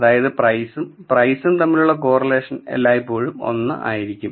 അതായത് പ്രൈസും പ്രൈസും തമ്മിലുള്ള കോറിലേഷൻ എല്ലായ്പ്പോഴും 1 ആയിരിക്കും